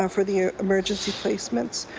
um for the emergency placements.